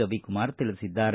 ರವಿಕುಮಾರ್ ತಿಳಿಸಿದ್ದಾರೆ